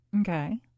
Okay